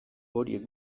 horiek